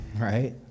right